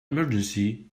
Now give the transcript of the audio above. emergency